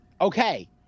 Okay